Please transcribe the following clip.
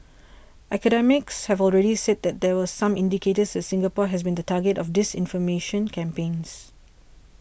academics have already said that there were some indicators that Singapore has been the target of disinformation campaigns